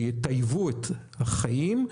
שיטייבו את החיים,